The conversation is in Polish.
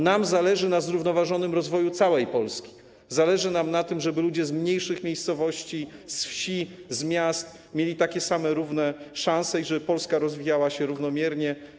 Nam zależy na zrównoważonym rozwoju całej Polski, zależy nam na tym, żeby ludzie z mniejszych miejscowości, ze wsi, z miast mieli takie same, równe szanse i żeby Polska rozwijała się równomiernie.